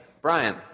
Brian